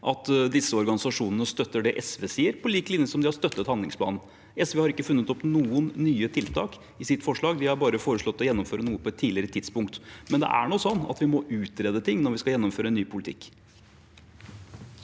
at disse organisasjonene støtter det SV sier, på lik linje som de har støttet handlingsplanen. SV har ikke funnet opp noen nye tiltak i sitt forslag, de har bare foreslått å gjennomføre noe på et tidligere tidspunkt, men det er nå slik at vi må utrede ting når vi skal gjennomføre ny politikk.